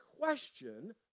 question